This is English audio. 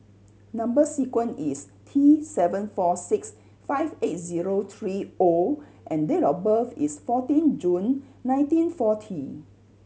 number sequence is T seven four six five eight zero three O and date of birth is fourteen June nineteen forty